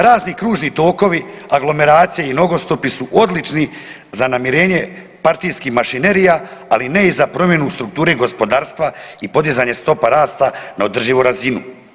Razni kružni tokovi, aglomeracije i nogostupi su odlični za namirenje partijskih mašinerija ali ne i za promjenu strukture gospodarstva i podizanje stopa rasta na održivu razinu.